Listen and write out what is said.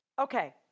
Okay